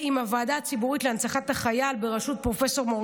הוועדה הציבורית להנצחת החייל בראשות פרופ' מור